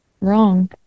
Wrong